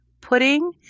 pudding